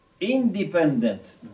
independent